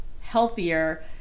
healthier